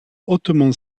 hautement